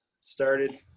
started